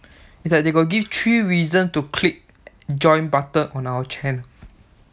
it's like they got give three reasons to click join button on our trend